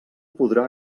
podrà